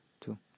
two